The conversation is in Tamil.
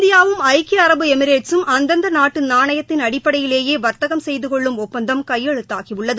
இந்தியாவும் ஐக்கிய அரபு எமிரேட்ஸும் அந்தந்த நாட்டு நாணயத்தின் அடிப்படையிலேயே வர்த்தகம் செய்து கொள்ளும் ஒப்பந்தம் கையெழுத்தாகியுள்ளது